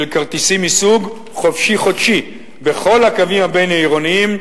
כרטיסים מסוג "חופשי-חודשי" בכל הקווים הבין-עירוניים,